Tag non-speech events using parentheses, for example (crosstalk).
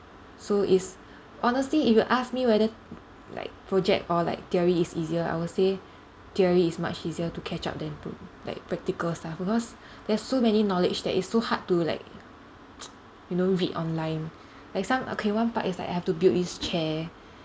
so is honestly if you ask me whether like project or like theory is easier I will say theory is much easier to catch up than p~ like practical stuff because there's so many knowledge that it's so hard to like (noise) you know read online like some okay one part is like have to like build this chair